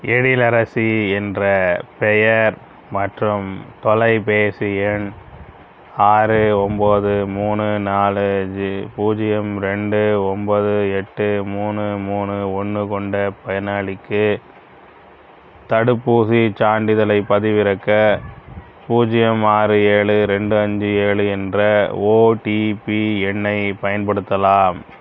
எழிலரசி என்ற பெயர் மற்றும் தொலைபேசி எண் ஆறு ஒம்போது மூணு நாலு பூஜ்ஜியம் ரெண்டு ஒம்போது எட்டு மூணு மூணு ஒன்று கொண்ட பயனாளிக்கு தடுப்பூசிச் சான்றிதழைப் பதிவிறக்க பூஜ்ஜியம் ஆறு ஏழு ரெண்டு அஞ்சு ஏழு என்ற ஓடிபி எண்ணைப் பயன்படுத்தலாம்